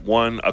one